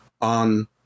on